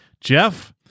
Jeff